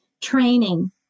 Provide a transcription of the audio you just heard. training